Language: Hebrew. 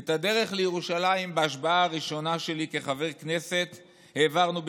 את הדרך לירושלים בהשבעה הראשונה שלי כחבר כנסת העברנו בשקט.